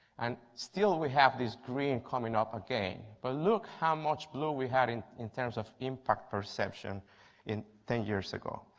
and still we have this green coming up again. but look how much blue we had in in terms of impact perception ten years ago.